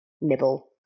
nibble